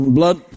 blood